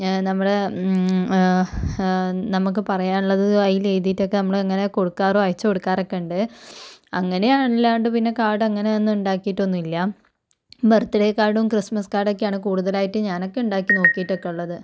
നമ്മുടെ നമുക്ക് പറയാനുള്ളത് അതിൽ എഴുതിയിട്ടൊക്കെ നമ്മളിങ്ങനെ കൊടുക്കാറ് അയച്ച് കൊടുക്കാറൊക്കെയുണ്ട് അങ്ങനെയാണ് അല്ലാണ്ട് പിന്നെ കാർഡ് അങ്ങനെ ഒന്നുണ്ടാക്കിയിട്ടൊന്നുമില്ല ബർത്ത് ഡേ കാർഡും ക്രിസ്മസ് കാർഡൊക്കെയാണ് കൂടുതലായിട്ട് ഞാനൊക്കെ ഉണ്ടാക്കി നോക്കിയിട്ടൊക്കെയുള്ളത്